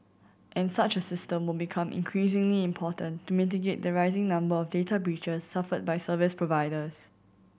and such a system will become increasingly important to mitigate the rising number of data breaches suffered by service providers